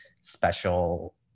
special